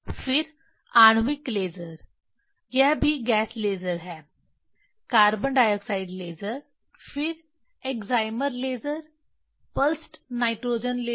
फिर आणविक लेज़र यह भी गैस लेज़र है कार्बन डाइऑक्साइड लेज़र फिर excimer laser pulsed nitrogen laser